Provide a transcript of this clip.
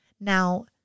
Now